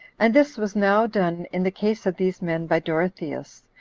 and this was now done in the case of these men by dorotheus,